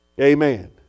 Amen